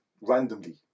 randomly